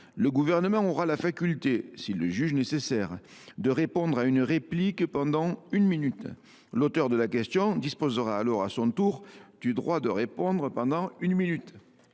équivalente. Il aura la faculté, s’il le juge nécessaire, de répondre à la réplique pendant une minute supplémentaire. L’auteur de la question disposera alors à son tour du droit de répondre pendant une minute.